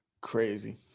Crazy